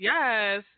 Yes